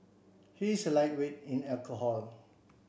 he is a lightweight in alcohol